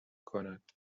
کند